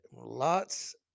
lots